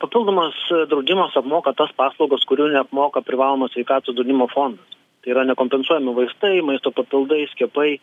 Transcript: papildomas draudimas apmoka tas paslaugas kurių neapmoka privalomas sveikatos draudimo fondas tai yra nekompensuojami vaistai maisto papildai skiepai